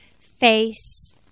face